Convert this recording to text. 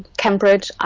cambridge